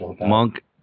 Monk